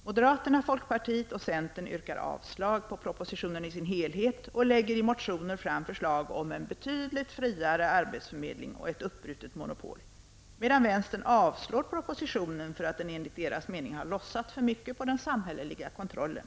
Moderaterna, folkpartiet och centern yrkar avslag på propositionen i dess helhet och lägger i motioner fram förslag om en betydligt friare arbetsförmedling och ett uppbrutet monopol, medan vänstern vill att propositionen skall avslås för att den enligt deras mening har lossat för mycket på den samhälleliga kontrollen.